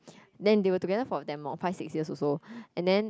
then they were together for damn long five six years also and then